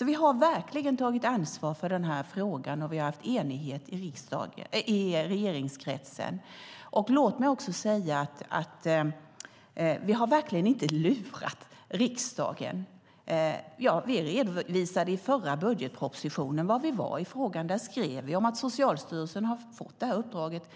Vi har tagit ansvar för den här frågan, och vi har enighet i regeringskretsen. Vi har verkligen inte lurat riksdagen. I förra budgetpropositionen redovisade vi hur långt vi hade kommit i frågan. Där skrev vi att Socialstyrelsen har fått det här uppdraget.